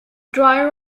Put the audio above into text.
dry